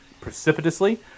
precipitously